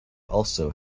also